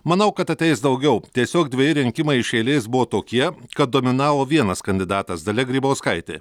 manau kad ateis daugiau tiesiog dveji rinkimai iš eilės buvo tokie kad dominavo vienas kandidatas dalia grybauskaitė